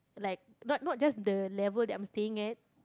like not not just the level that I'm staying at